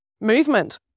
movement